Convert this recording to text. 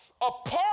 apart